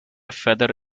feather